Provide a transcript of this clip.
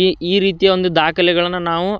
ಈ ಈ ರೀತಿಯ ಒಂದು ದಾಖಲೆಗಳನ್ನು ನಾವು